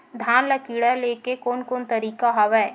धान ल कीड़ा ले के कोन कोन तरीका हवय?